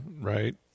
right